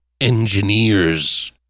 engineers